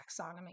taxonomy